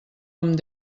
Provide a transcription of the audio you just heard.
amb